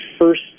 first